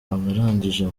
abarangije